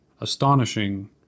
astonishing